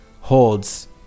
holds